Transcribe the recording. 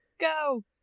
Go